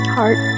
Heart